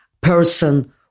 person